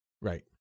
Right